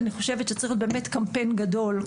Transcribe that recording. אני חושב שצריך קמפיין גדול,